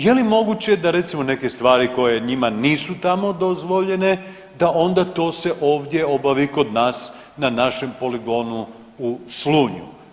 Je li moguće da recimo neke stvari koje njima nisu tamo dozvoljene da onda to se ovdje obavi kod nas na našem poligonu u Slunju?